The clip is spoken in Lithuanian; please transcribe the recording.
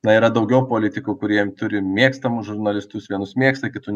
na yra daugiau politikų kurie turi mėgstamus žurnalistus vienus mėgsta kitų